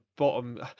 bottom